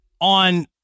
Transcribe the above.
on